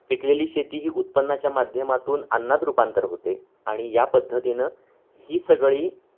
पिकलेली शेती ही उत्पन्नाच्या माध्यमातून अन्नात रूपांतर होते आणि या पद्धतीनं ही सगळी